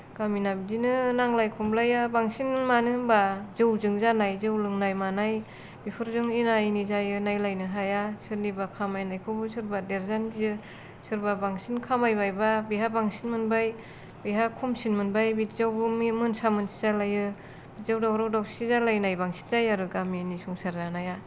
गामिना बिदिनो नांलाय खमलाया बांसिन मानो होनबा जौजों जानाय जौ लोंनाय मानाय बेफोरजोंनो एना एनि जायो नायलायनो हाया सोरनिबा खामायनायखौबो सोरबा देरजानो गियो सोरबा बांसिन खामायबायबा बेहा बांसिन मोनबाय बेहा खमसिन मोनबाय बिदियावबो मोनसा मोनसि जालायो बिदियाव दावराव दावसि जालायनाय बांसिन जायो आरो गामिनि संसार जानाया